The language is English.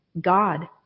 God